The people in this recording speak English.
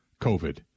COVID